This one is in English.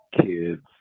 kids